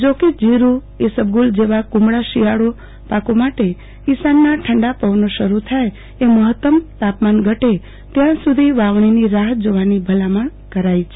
જો કે જીરૂઈસબગુલ જેવા કુમળા શિયાળો પાકો માટે ઈશાનના ઠંડા પવનો શરૂ થાય એ મફત્તમ તાપમાન ઘટે ત્યાં સુધી વાવણીની રાફ જોવાની ભલામણ કરાઈ છે